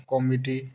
committee